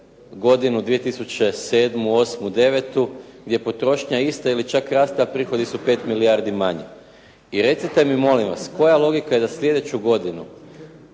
godinu 2007., 2008., 2009. gdje je potrošnja ista ili je čak rasla, a prihodi su 5 milijardi manje. I recite mi molim vas, koja logika je da sljedeću godinu